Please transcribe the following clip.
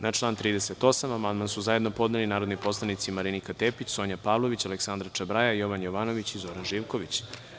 Na član 38. amandman su zajedno podneli narodni poslanici Marinika Tepić, Sonja Pavlović, Aleksandra Čabraja, Jovan Jovanović i Zoran Živković.